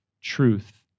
truth